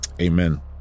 Amen